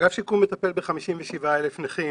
אגף שיקום מטפל ב-57,000 נכים